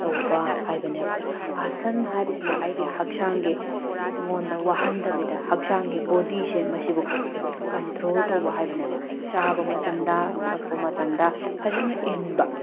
ꯇꯧꯕ ꯍꯥꯏꯕꯅꯦꯕ ꯑꯁꯥꯟ ꯍꯥꯏꯔꯤꯁꯤꯅ ꯑꯩꯒꯤ ꯍꯛꯆꯥꯡꯒꯤ ꯑꯩꯉꯣꯟꯗ ꯋꯥꯍꯟꯗꯕꯤꯗ ꯍꯛꯆꯥꯡꯗ ꯕꯣꯗꯤꯁꯦ ꯃꯁꯤꯕꯨ ꯀꯟꯇ꯭ꯔꯣꯜ ꯇꯧꯕ ꯍꯥꯏꯕꯅꯦꯕ ꯆꯥꯕ ꯃꯇꯝꯗ ꯊꯛꯄ ꯃꯇꯝꯗ ꯐꯖꯅ ꯏꯟꯕ